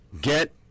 Get